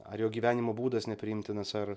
ar jo gyvenimo būdas nepriimtinas ar